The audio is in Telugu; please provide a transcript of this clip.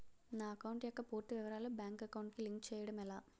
నా అకౌంట్ యెక్క పూర్తి వివరాలు బ్యాంక్ అకౌంట్ కి లింక్ చేయడం ఎలా?